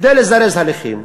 כדי לזרז הליכים,